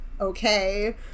okay